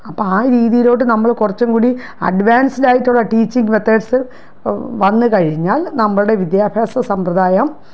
അപ്പോള് ആ രീതിയിലോട്ട് നമ്മൾ കുറച്ചുംകൂടി അഡ്വാൻസ്ഡ് ആയിട്ടുള്ള ടീച്ചിംഗ് മെത്തേഡ്സ് വന്നുകഴിഞ്ഞാൽ നമ്മളുടെ വിദ്യാഭ്യാസ സമ്പ്രദായം